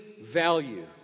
value